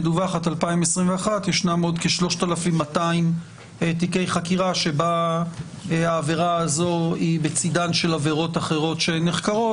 עוד כ-3,200 תיקי חקירה שבהם העבירה הזאת נוספת לעבירות אחרות שנחקרות.